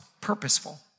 purposeful